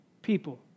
People